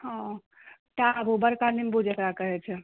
हँ टाब ओ बड़का निम्बू जकरा कहैत छै